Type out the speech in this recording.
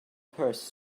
purse